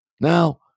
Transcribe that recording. Now